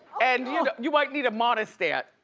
and you know you might need a monistat,